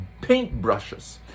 paintbrushes